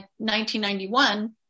1991